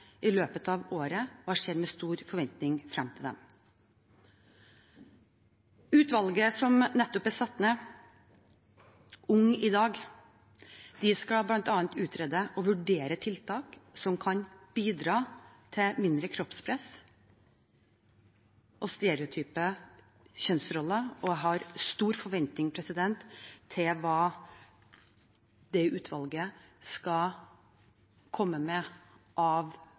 i løpet av året. Jeg ser med stor forventning frem til det. Utvalget som nettopp er satt ned, #UngIDag, skal bl.a. utrede og vurdere tiltak som kan bidra til mindre kroppspress og stereotype kjønnsroller. Jeg har stor forventning til hva det utvalget skal komme med av